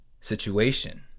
Situation